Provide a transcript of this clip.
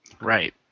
Right